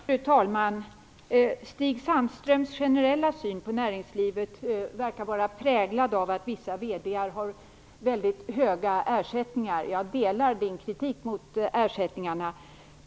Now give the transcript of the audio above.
Fru talman! Stig Sandströms generella syn på näringslivet verkar vara präglad av att vissa VD:ar har mycket höga ersättningar. Jag delar hans kritik mot ersättningarna.